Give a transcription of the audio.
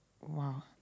Wow